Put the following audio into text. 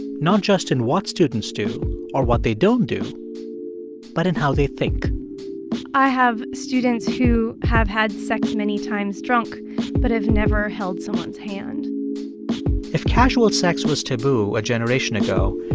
not just in what students do or what they don't do but in how they think i have students who have had sex many times drunk but have never held someone's hand if casual sex was taboo a generation ago,